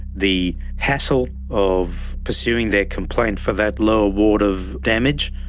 the hassle of pursuing their complaint for that low award of damage,